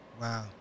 Wow